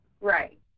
Right